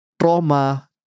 trauma